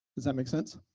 does that make sense?